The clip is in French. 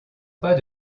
pas